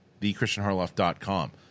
Thechristianharloff.com